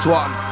one